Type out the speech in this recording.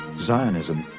zionism,